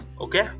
okay